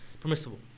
permissible